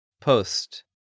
Post